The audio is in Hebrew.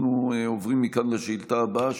אנחנו עוברים מכאן לשאילתה הבאה,